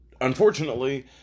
Unfortunately